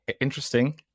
Interesting